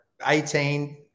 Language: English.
18